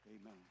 Amen